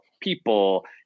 people